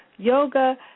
Yoga